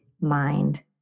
mind